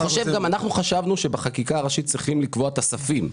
אנחנו חשבנו שבחקיקה הראשית צריכים לקבוע את הספים.